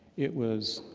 it was